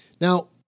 Now